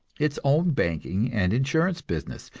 its own banking and insurance business,